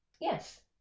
Yes